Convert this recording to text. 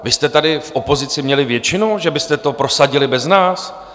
Vy jste tady v opozici měli většinu, že byste to prosadili bez nás?